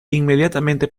inmediatamente